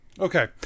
Okay